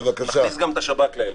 נכניס גם את השב"כ לאילת.